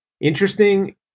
interesting